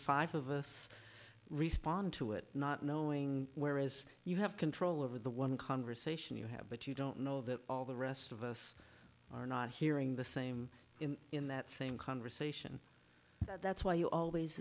five of us respond to it not knowing where as you have control over the one conversation you have but you don't know that all the rest of us are not hearing the same in that same conversation that's why you always